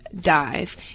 dies